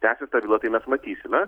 tęsis terminuotai mes matysime